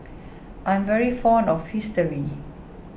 I'm very fond of history